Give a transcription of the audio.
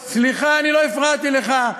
מהקשרם, באיזה הקשר, סליחה, לא הפרעתי לך.